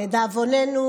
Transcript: לדאבוננו,